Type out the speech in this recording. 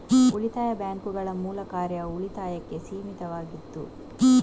ಉಳಿತಾಯ ಬ್ಯಾಂಕುಗಳ ಮೂಲ ಕಾರ್ಯವು ಉಳಿತಾಯಕ್ಕೆ ಸೀಮಿತವಾಗಿತ್ತು